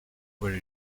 where